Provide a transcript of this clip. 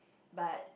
but